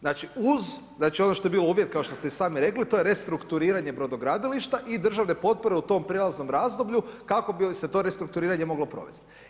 Znači, uz ono što je bio uvjet kao što ste i sami rekli to je restrukturiranje brodogradilišta i državne potpore u tom prijelaznom razdoblju kako bi se to restrukturiranje moglo provest.